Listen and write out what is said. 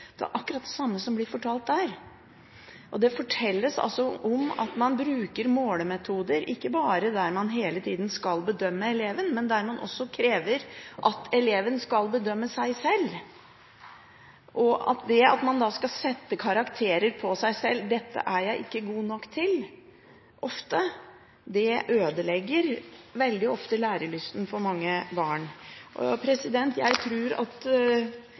Det er akkurat det samme som blir fortalt der. Man bruker målemetoder der man hele tida ikke bare skal bedømme eleven, man krever også at eleven skal bedømme seg selv. Dette at man skal sette karakterer på seg selv, som «Dette er jeg ikke god nok til.», ødelegger veldig ofte lærelysten for mange barn. Jeg tror at